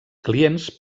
clients